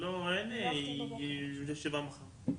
אדוני היושב ראש,